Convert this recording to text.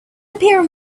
appear